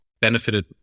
benefited